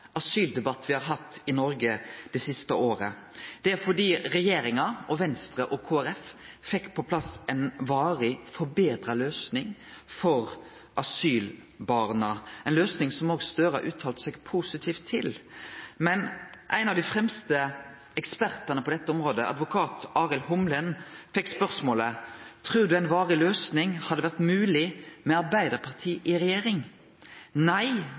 asyldebatt me har hatt i Noreg det siste året. Det er fordi regjeringa, Venstre og Kristeleg Folkeparti fekk på plass ei varig forbetra løysing for asylbarna, ei løysing som òg Gahr Støre har uttalt seg positivt om. Men da ein av dei fremste ekspertane på dette området, advokat Arild Humlen, fekk spørsmålet om han trudde ei varig løysing hadde vore mogleg med Arbeidarpartiet i regjering, svarte han nei,